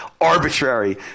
arbitrary